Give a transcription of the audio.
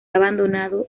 abandonado